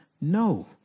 No